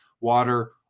water